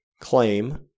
claim